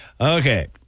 Okay